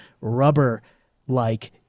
rubber-like